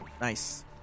nice